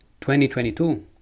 2022